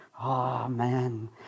Amen